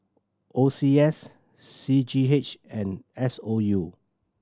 O C S C G H and S O U